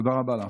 תודה רבה לך.